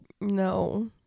No